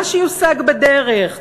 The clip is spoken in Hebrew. מה שיושג בדרך,